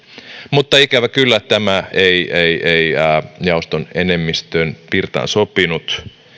mutta ikävä kyllä tämä ei jaoston enemmistön pirtaan sopinut